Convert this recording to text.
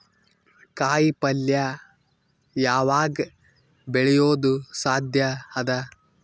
ಕಾಯಿಪಲ್ಯ ಯಾವಗ್ ಬೆಳಿಯೋದು ಸಾಧ್ಯ ಅದ?